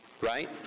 right